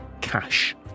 cash